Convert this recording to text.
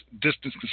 distance